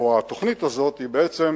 או, התוכנית הזו היא בעצם